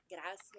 Gracias